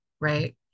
right